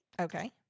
okay